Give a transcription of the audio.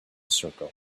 circle